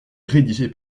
rédigé